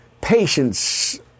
patience